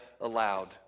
aloud